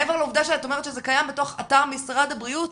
מעבר לעובדה שאת אומרת שזה קיים בתוך אתר משרד הבריאות,